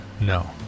No